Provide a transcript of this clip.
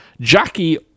Jackie